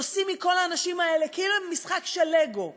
עושים מכל האנשים האלה כאילו הם משחק של לגו.